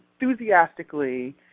enthusiastically